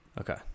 Okay